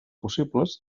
possibles